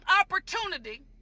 opportunity